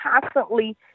constantly